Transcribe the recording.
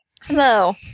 Hello